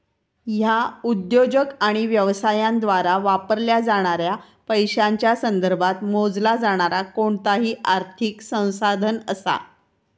ह्या उद्योजक आणि व्यवसायांद्वारा वापरला जाणाऱ्या पैशांच्या संदर्भात मोजला जाणारा कोणताही आर्थिक संसाधन असा